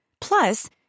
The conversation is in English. Plus